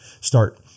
start